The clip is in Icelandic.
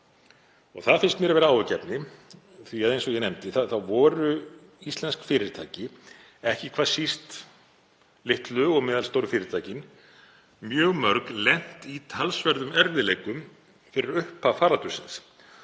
Það finnst mér vera áhyggjuefni því að eins og ég nefndi höfðu íslensk fyrirtæki, ekki hvað síst litlu og meðalstóru fyrirtækin, mjög mörg lent í talsverðum erfiðleikum fyrir upphaf faraldursins.